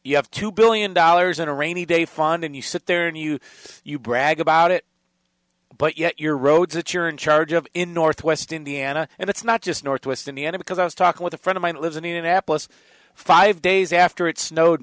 you have two billion dollars in a rainy day fund and you sit there and you you brag about it but yet your roads that you're in charge of in northwest indiana and it's not just northwest indiana because i was talking with a friend of mine lives indianapolis five days after it snowed